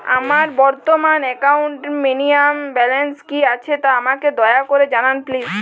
আমার বর্তমান একাউন্টে মিনিমাম ব্যালেন্স কী আছে তা আমাকে দয়া করে জানান প্লিজ